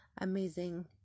amazing